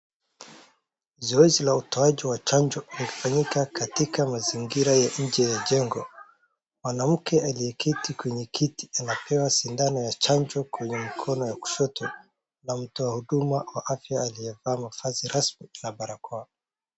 Zoezi la utoaji wa chanjo likifanyika katika mazingira ya nje ya jengo. Mwanamke aliyeketi kwenye kiti anapewa sindano ya chanjo kwenye mkono ya kushoto na mtoa huduma wa afya aliyevaa mavazi rasmi na barakoa.